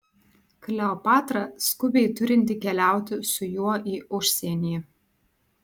kleopatra skubiai turinti keliauti su juo į užsienį